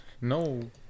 No